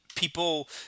People